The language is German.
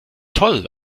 toll